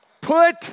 put